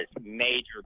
major